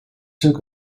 took